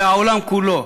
והעולם כולו,